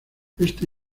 esta